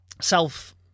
self